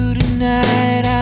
tonight